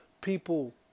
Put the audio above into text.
People